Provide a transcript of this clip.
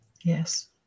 Yes